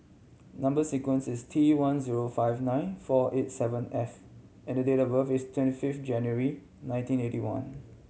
number sequence is T one zero five nine four eight seven F and date of birth is twenty fifth January nineteen eighty one